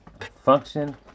function